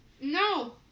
No